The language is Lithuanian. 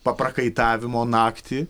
paprakaitavimo naktį